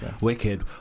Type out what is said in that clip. wicked